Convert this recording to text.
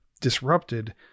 disrupted